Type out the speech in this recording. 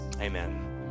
Amen